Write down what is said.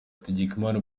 hategekimana